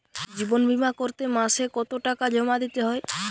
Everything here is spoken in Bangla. জীবন বিমা করতে মাসে কতো টাকা জমা দিতে হয়?